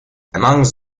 amongst